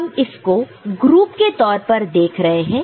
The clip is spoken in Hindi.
अब हम इसको ग्रुप के तौर पर देख रहे हैं